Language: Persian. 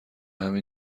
همین